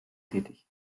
tätig